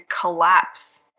collapse